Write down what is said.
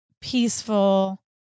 peaceful